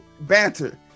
banter